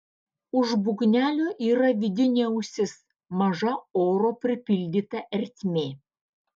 už būgnelio yra vidinė ausis maža oro pripildyta ertmė